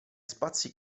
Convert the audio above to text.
spazi